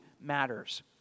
matters